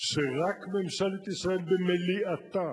שרק ממשלת ישראל במליאתה